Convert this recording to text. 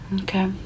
Okay